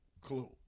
Clue